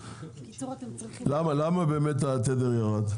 למה באמת התדר ירד?